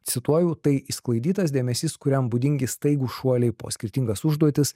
cituoju tai išsklaidytas dėmesys kuriam būdingi staigūs šuoliai po skirtingas užduotis